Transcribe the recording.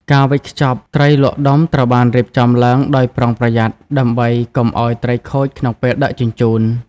ការវេចខ្ចប់ ត្រីលក់ដុំត្រូវបានរៀបចំឡើងដោយប្រុងប្រយ័ត្នដើម្បីកុំឱ្យខូចត្រីក្នុងពេលដឹកជញ្ជូន។